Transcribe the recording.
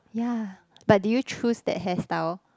yeah but did you choose that hairstyle